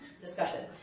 discussion